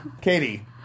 Katie